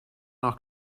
noch